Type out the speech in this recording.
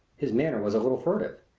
his manner was a little furtive.